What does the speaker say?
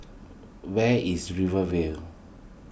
where is Rivervale